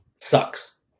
sucks